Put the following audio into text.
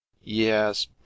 Yes